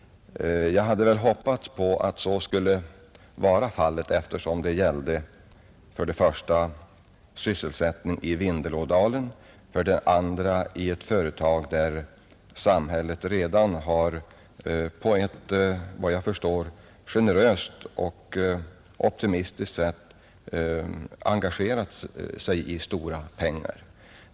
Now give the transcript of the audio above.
Jag hade väl hoppats på att så skulle kunna ske, eftersom det gällde sysselsättning för det första i Vindelådalen, för det andra i ett företag där samhället redan har på ett efter vad jag kan förstå generöst och optimistiskt sätt engagerat sig med stora pengar.